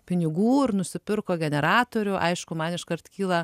pinigų ir nusipirko generatorių aišku man iškart kyla